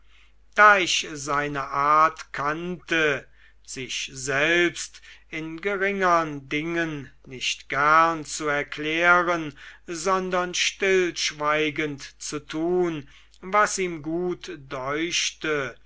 da ich seine art kannte sich selbst in geringern dingen nicht gern zu erklären sondern stillschweigend zu tun was ihm gut deuchte